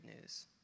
news